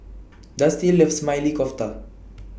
Dusty loves Maili Kofta